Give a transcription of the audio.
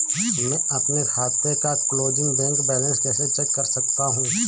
मैं अपने खाते का क्लोजिंग बैंक बैलेंस कैसे चेक कर सकता हूँ?